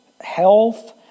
health